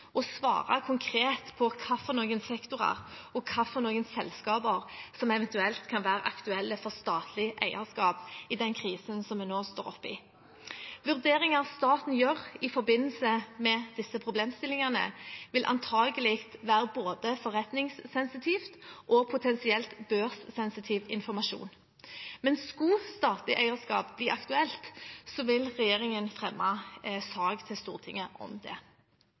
svare konkret på hvilke sektorer og hvilke selskaper som eventuelt kan være aktuelle for statlig eierskap i den krisen vi nå står oppe i. Vurderinger staten gjør i forbindelse med disse problemstillingene, vil antakelig være både forretningssensitiv og potensielt børssensitiv informasjon. Men skulle statlig eierskap bli aktuelt, vil regjeringen fremme sak til Stortinget om det.